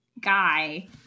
guy